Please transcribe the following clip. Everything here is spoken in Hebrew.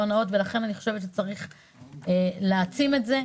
לכן יש להעצים את זה,